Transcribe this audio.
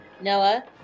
Noah